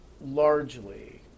largely